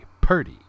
Purdy